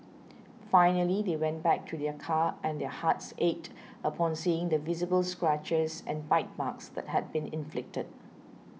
finally they went back to their car and their hearts ached upon seeing the visible scratches and bite marks that had been inflicted